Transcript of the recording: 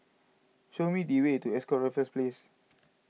show me the way to Ascott Raffles Place